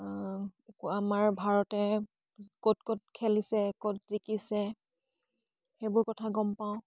আ আমাৰ ভাৰতে ক'ত ক'ত খেলিছে ক'ত জিকিছে সেইবোৰ কথা গম পাওঁ